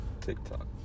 TikTok